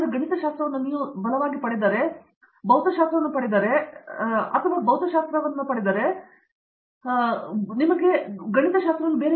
ಅಲ್ಲಿ ಗಣಿತಶಾಸ್ತ್ರವು ಸಾಕಷ್ಟು ಬಲವಾಗಿಲ್ಲ ನಿಮ್ಮ ಗಣಿತವನ್ನು ನೀವು ಪಡೆದರೆ ನಿಮ್ಮ ಭೌತಶಾಸ್ತ್ರವನ್ನು ನೀವು ಪಡೆದರೆ ಉಳಿದವರು ಗಣಿತಶಾಸ್ತ್ರವನ್ನು ಹೇಳಿದರೆ ಯಾರಾದರೂ ಹೇಳುವರು ಆದರೆ ಗಣಿತಶಾಸ್ತ್ರವು ಬಹಳ ಬಲವಾಗಿಲ್ಲ